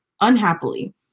unhappily